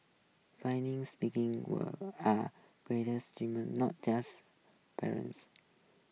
speaking were are not just parents